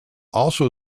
also